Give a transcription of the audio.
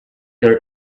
her